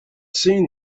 seen